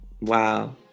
Wow